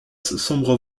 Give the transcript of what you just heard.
sombre